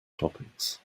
topics